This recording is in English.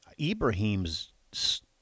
Ibrahim's